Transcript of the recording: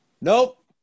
Nope